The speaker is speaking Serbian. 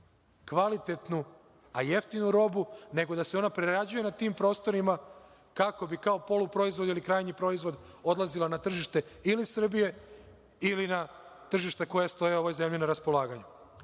kvalitetnu, a jeftinu robu, nego da se ona prerađuje na tim prostorima kako bi kao poluproizvod ili krajnji proizvod, odlazila na tržište, ili Srbije ili tržišta koja stoje ovoj zemlji na raspolaganju. Ono